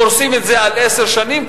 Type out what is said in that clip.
פורסים את זה על עשר שנים,